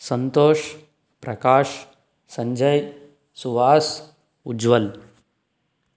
Santosh Prakash Sanjay Suhas Ujwal